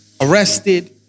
arrested